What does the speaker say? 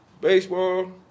baseball